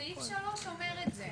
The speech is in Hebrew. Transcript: סעיף 3 אומר את זה.